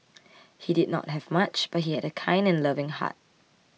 he did not have much but he had a kind and loving heart